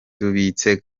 tubibutse